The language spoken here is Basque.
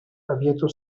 abiatu